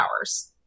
hours